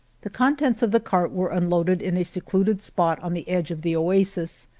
the contents of the cart were unloaded in a secluded spot on the edge of the oasis.